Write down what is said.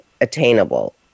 attainable